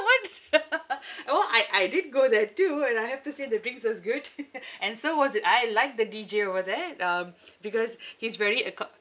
what uh orh I I did go there too and I have to say the drinks was good and so was it I like the deejay over there um because he's very acco~